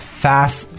fast